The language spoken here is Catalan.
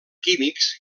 químics